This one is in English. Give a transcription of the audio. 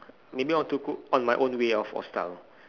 maybe I want to cook on my way of or style